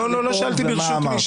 לא, לא שאלתי ברשות מי.